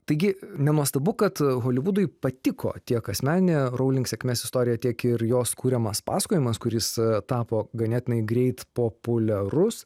taigi nenuostabu kad holivudui patiko tiek asmeninė rowling sėkmės istorija tiek ir jos kuriamas pasakojimas kuris tapo ganėtinai greit populiarus